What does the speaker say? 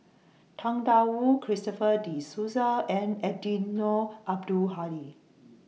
Tang DA Wu Christopher De Souza and Eddino Abdul Hadi